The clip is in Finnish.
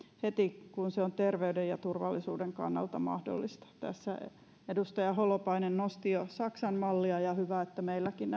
heti kun se on terveyden ja turvallisuuden kannalta mahdollista tässä edustaja holopainen nosti jo saksan mallia ja on hyvä että meilläkin